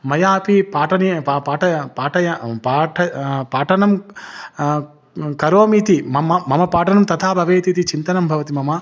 मयापि पाठनीयं प पाट पाठय पाठनं पाठनं करोमि इति मम मम पाठनं तथा भवेत् इति चिन्तनं भवति मम